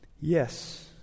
Yes